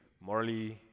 morally